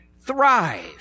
thrive